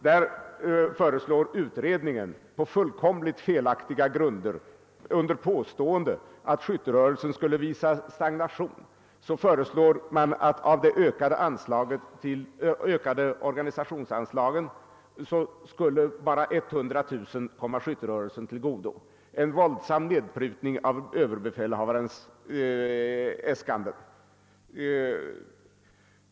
Därvidlag föreslår utredningen på fullkomligt felaktiga grunder, under påstående att skytterörelsen skulle visa stagnation, att av de ökade organisationsanslagen bara 100000 kr. skall komma skytterörelsen till godo. Det är en våldsam nedprutning av överbefälhavarens äskanden.